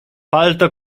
palto